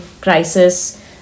crisis